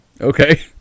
Okay